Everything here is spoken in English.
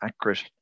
accurate